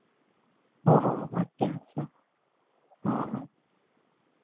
ᱦᱮᱸ ᱦᱮᱸ ᱟᱪᱪᱷᱟ ᱟᱪᱪᱷᱟ ᱦᱮᱸ ᱦᱮᱸ